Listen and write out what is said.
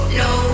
no